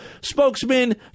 Spokesman